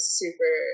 super